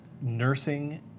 nursing